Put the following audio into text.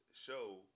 show